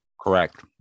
Correct